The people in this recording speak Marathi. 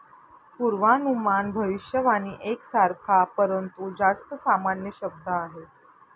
पूर्वानुमान भविष्यवाणी एक सारखा, परंतु जास्त सामान्य शब्द आहे